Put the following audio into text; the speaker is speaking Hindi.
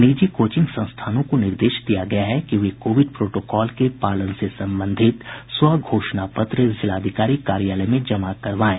निजी कोचिंग संस्थानों को निर्देश दिया गया है कि वे कोविड प्रोटोकॉल के पालन से संबंधित स्व घोषणा पत्र जिलाधिकारी कार्यालय में जमा करवायें